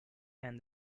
and